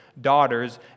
daughters